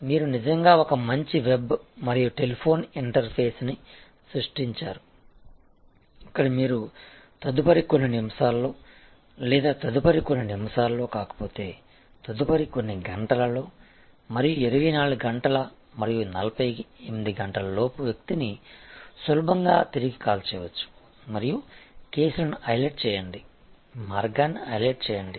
మీరు నిజంగా ఒక మంచి వెబ్ మరియు టెలిఫోన్ ఇంటర్ఫేస్ని సృష్టించారు ఇక్కడ మీరు తదుపరి కొన్ని నిమిషాల్లో లేదా తదుపరి కొన్ని నిమిషాల్లో కాకపోతే తదుపరి కొన్ని గంటలలో మరియు 24 గంటల మరియు 48 గంటలలోపు వ్యక్తిని సులభంగా తిరిగి కాల్ చేయవచ్చు మరియు కేసులను హైలైట్ చేయండి మార్గాన్ని హైలైట్ చేయండి